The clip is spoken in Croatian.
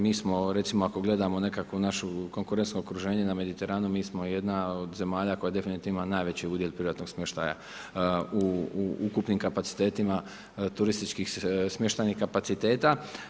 Mi smo recimo ako gledamo neko naše konkurentno okruženje na Mediteranu, mi smo jedna od zemalja koja definitivno ima najveći udjel privatnog smještaja u ukupnim kapacitetima turističkih smještajnih kapaciteta.